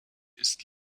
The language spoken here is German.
ist